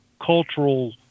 cultural